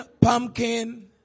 pumpkin